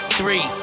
three